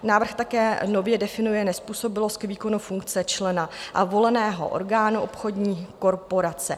Návrh také nově definuje nezpůsobilost k výkonu funkce člena voleného orgánu obchodní korporace.